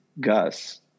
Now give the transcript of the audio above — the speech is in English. Gus